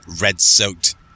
red-soaked